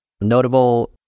notable